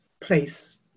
place